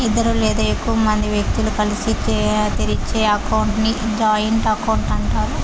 ఇద్దరు లేదా ఎక్కువ మంది వ్యక్తులు కలిసి తెరిచే అకౌంట్ ని జాయింట్ అకౌంట్ అంటారు